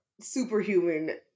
superhuman